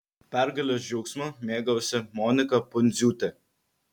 pergalės džiaugsmu mėgavosi monika pundziūtė